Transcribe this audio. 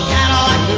Cadillac